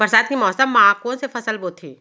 बरसात के मौसम मा कोन से फसल बोथे?